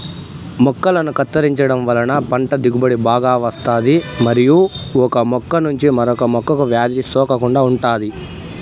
మొక్కలను కత్తిరించడం వలన పంట దిగుబడి బాగా వస్తాది మరియు ఒక మొక్క నుంచి మరొక మొక్కకు వ్యాధి సోకకుండా ఉంటాది